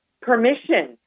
Permission